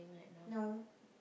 no